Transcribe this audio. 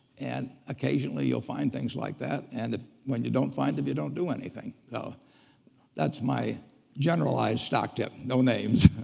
and occasionally you'll find things like that. and when you don't find them, you don't do anything. so that's my generalized stock tip. no names.